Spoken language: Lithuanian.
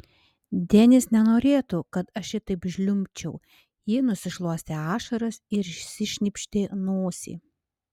denis nenorėtų kad aš šitaip žliumbčiau ji nusišluostė ašaras ir išsišnypštė nosį